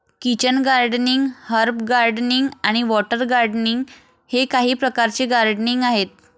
kitchen gardening, herb gardening आणि water gardening हे काही प्रकारचे गार्डनिंग आहेत